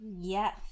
yes